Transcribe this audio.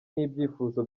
n’ibyifuzo